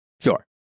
Sure